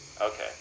okay